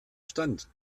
stand